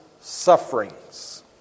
sufferings